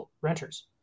renters